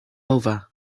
over